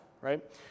right